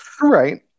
Right